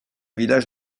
village